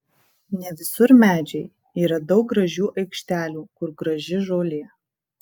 ne visur medžiai yra daug gražių aikštelių kur graži žolė